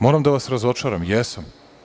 Moram da vas razočaram, jesam.